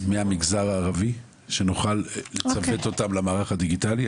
מהמגזר הערבי שנוכל לצוות אותם למערך הדיגיטלי,